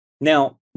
Now